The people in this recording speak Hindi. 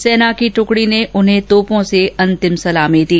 सेना की दुकड़ी ने उन्हें तोपों से अंतिम सलामी दी